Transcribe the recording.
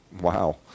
Wow